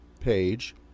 page